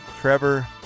Trevor